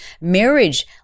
Marriage